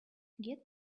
get